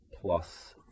plus